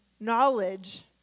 knowledge